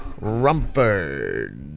Rumford